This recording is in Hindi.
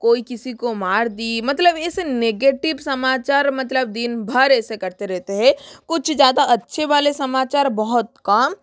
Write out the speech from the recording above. कोई किसी को मार दी मतलब ऐसे नेगेटिव समाचार मतलब दिनभर ऐसा करते रहते हे कुछ ज़्यादा अच्छे वाले समाचार बहुत कम